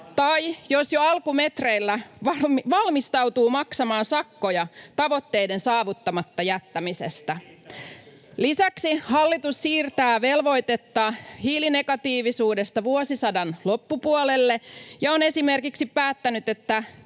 tai jos jo alkumetreillä valmistautuu maksamaan sakkoja tavoitteiden saavuttamatta jättämisestä. [Ben Zyskowicz: Ei siitä ole kyse!] Lisäksi hallitus siirtää velvoitetta hiilinegatiivisuudesta vuosisadan loppupuolelle ja on esimerkiksi päättänyt, että